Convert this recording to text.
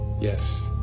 Yes